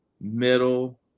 middle